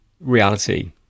reality